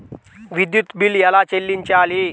విద్యుత్ బిల్ ఎలా చెల్లించాలి?